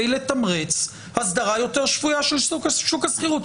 לתמרץ הסדרה שפויה יותר של שוק השכירות?